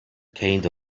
kind